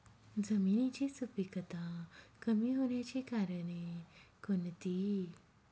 जमिनीची सुपिकता कमी होण्याची कारणे कोणती?